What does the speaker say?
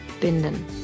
Binden